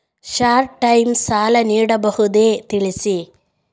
Short time ಸಾಲ ನೀಡಬಹುದೇ ತಿಳಿಸಿ?